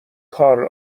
کارل